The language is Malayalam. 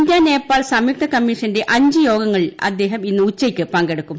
ഇന്ത്യ നേപ്പാൾ സംയുക്ത കമ്മീഷന്റെ അഞ്ച് യോഗങ്ങളിൽ അദ്ദേഹം ഇന്ന് ഉച്ചയ്ക്ക് പങ്കെടുക്കും